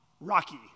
Rocky